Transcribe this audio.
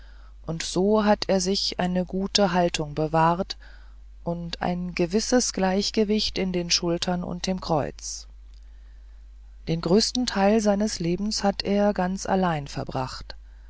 und so hat er sich eine gute haltung bewahrt und ein gewisses gleichgewicht in den schultern und im kreuz den größten teil seines lebens hat er ganz allein verbracht